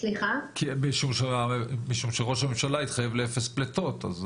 משום שראש הממשלה התחייב ל-0 פליטות?